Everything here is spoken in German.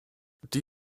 die